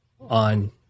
on